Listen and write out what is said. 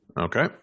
Okay